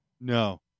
no